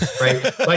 Right